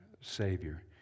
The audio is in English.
Savior